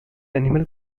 animal